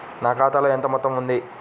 నా ఖాతాలో ఎంత మొత్తం ఉంది?